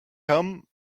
come